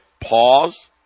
Pause